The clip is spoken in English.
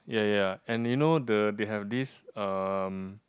ya ya and you know the they have this um